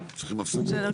בסדר,